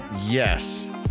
yes